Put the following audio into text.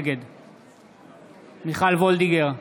נגד מיכל וולדיגר,